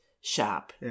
shop